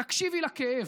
תקשיבי לכאב.